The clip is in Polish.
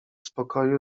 spokoju